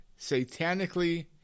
satanically